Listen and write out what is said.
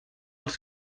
els